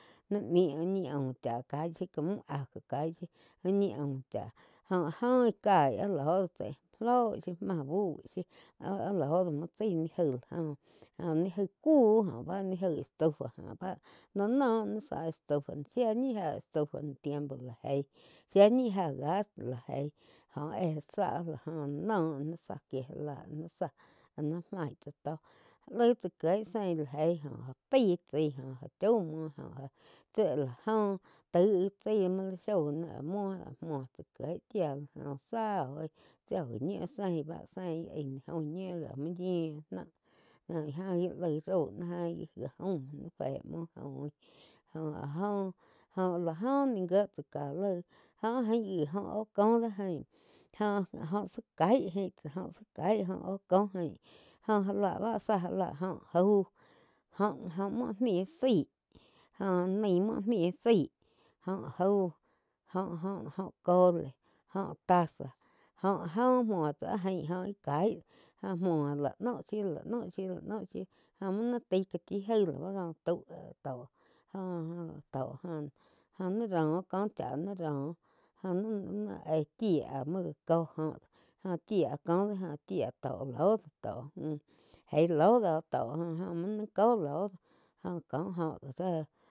Nih niu úh ñi aum chá cái shíu cá mu ajo caíg shiu úh ñi aum cháh joh áh jo caí áh lo do chái ló shiu máh buh shiu áh loh do muo cháig ni jaí la jo óh ni jaig ku oh báh ni jaí estufa joh báh lá no ni záh estufa shía ñi jáh estufa tiempo la eig shía ñi jáh gas la eig jóh éh záh áh la joh noh áh nai záh kie já la áh ni záh áh ni maig tsá tó laaig tsá kíeg zein la eig jo paig tzaí jo chaum muo tsi áh la jo tai chaí muo la sou náh muo muoh tsá kieh chía joh záh oh tsi oh gi ñiu zein báh zein aig oig ñiu ká muo yíu náh oin gain gi laig roi náh gain jih já jaum muo ní fé muo oin joh áh jo óh áh la joh áh ni gíe tsá ká laig joh áh jain gi óh oh kó do ain óh-óh záh kaig ain tsáh óh zá caig óh oh koh joh já lah bá zá já lá jo jau oh-oh mui nih zaíg joh naí muo nih zaí óh jaú óh-óh cole óh tasa óh áh joh muo tsá áh ain óh íh caig óh muo la no shiu, lá noh shiu, jo uo naí taí ká chi jaig lau kó tau tó jo-jo tó joh óh ni ró koh chá ni róh jo ni éh chía muo gá có joh oh ni éh chía coh jo oh chía ko do joh chía tó loh to mju éih loh do tó joh muo ni kó loh joh cóh óh do ré.